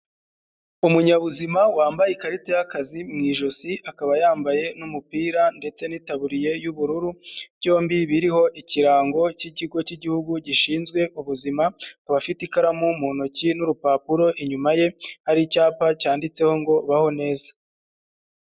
Umunyabuzima wambaye ikarita y'akazi mu ijosi, akaba yambaye n'umupira ndetse n'itaburiye y'ubururu byombi biriho ikirango cy'ikigo cy'igihugu gishinzwe ubuzima akaba afite ikaramu mu ntoki n'urupapuro, inyuma ye hari icyapa cyanditseho ngo baho neza.